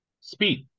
speed